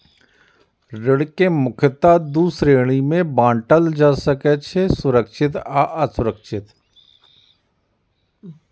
ऋण कें मुख्यतः दू श्रेणी मे बांटल जा सकै छै, सुरक्षित आ असुरक्षित